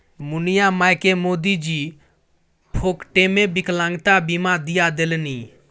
मुनिया मायकेँ मोदीजी फोकटेमे विकलांगता बीमा दिआ देलनि